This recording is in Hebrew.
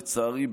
לצערי,